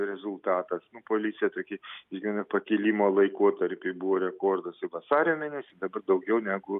rezultatas nu policija tokį išgyvena pakilimo laikotarpį buvo rekordas vasario mėnesį dabar daugiau negu